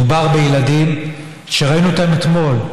מדובר בילדים שראינו אתמול,